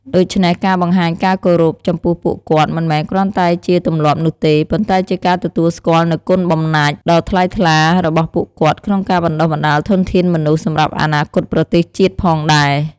ដូច្នេះ ការបង្ហាញការគោរពចំពោះពួកគាត់ មិនមែនគ្រាន់តែជាទម្លាប់នោះទេ ប៉ុន្តែជាការទទួលស្គាល់នូវគុណបំណាច់ដ៏ថ្លៃថ្លារបស់ពួកគាត់ក្នុងការបណ្ដុះបណ្ដាលធនធានមនុស្សសម្រាប់អនាគតប្រទេសជាតិផងដែរ។